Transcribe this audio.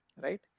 Right